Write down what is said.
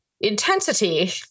intensity